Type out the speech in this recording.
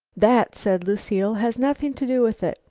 that, said lucile, has nothing to do with it.